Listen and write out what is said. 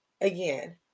again